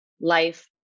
life